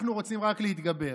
אנחנו רוצים רק להתגבר.